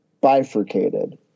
bifurcated